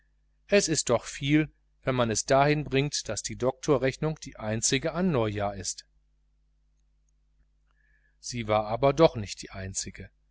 es ist doch viel wenn man es dahin bringt daß die doktorsrechnung die einzige an neujahr ist sie war aber doch nicht die einzige